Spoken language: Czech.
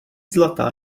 zlatá